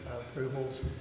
approvals